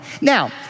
Now